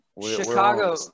Chicago